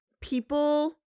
people